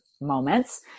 moments